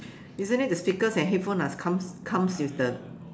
isn't it the speakers and headphones must come comes with the